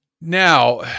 now